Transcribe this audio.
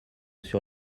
sur